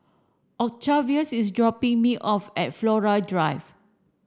Octavius is dropping me off at Flora Drive